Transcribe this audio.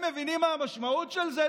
הם מבינים מה המשמעות של זה?